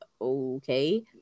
okay